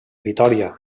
vitòria